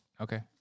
Okay